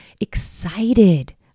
excited